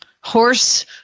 Horse